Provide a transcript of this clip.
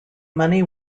money